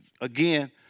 again